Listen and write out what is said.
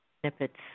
snippets